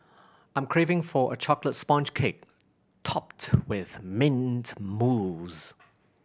I am craving for a chocolate sponge cake topped with mint mousse